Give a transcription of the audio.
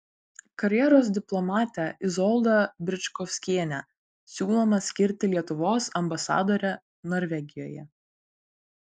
karjeros diplomatę izoldą bričkovskienę siūloma skirti lietuvos ambasadore norvegijoje